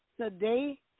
today